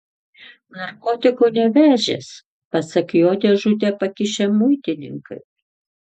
narkotikų nevežęs pasak jo dėžutę pakišę muitininkai